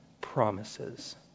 promises